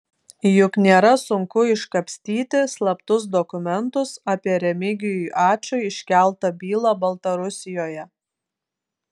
juk nėra sunku iškapstyti slaptus dokumentus apie remigijui ačui iškeltą bylą baltarusijoje